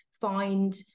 find